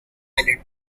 island